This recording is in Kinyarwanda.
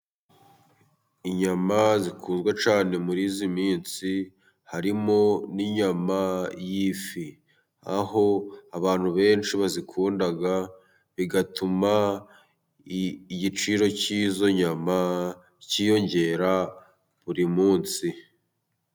Inyama zikundwa cyane muri iyi minsi, harimo n'inyama y'ifi ,aho abantu benshi bazikunda bigatuma igiciro cy'izo nyama kiyongera buri munsi.